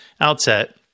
outset